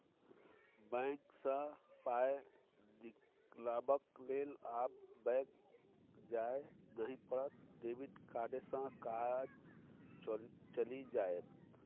bank सँ पाय निकलाबक लेल आब बैक जाय नहि पड़त डेबिट कार्डे सँ काज चलि जाएत